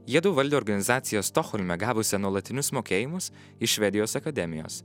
jiedu valdė organizaciją stokholme gavusią nuolatinius mokėjimus iš švedijos akademijos